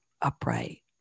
upright